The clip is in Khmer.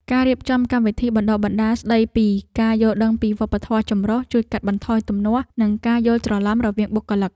ការរៀបចំកម្មវិធីបណ្តុះបណ្តាលស្តីពីការយល់ដឹងពីវប្បធម៌ចម្រុះជួយកាត់បន្ថយទំនាស់និងការយល់ច្រឡំរវាងបុគ្គលិក។